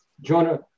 Jonah